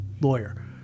lawyer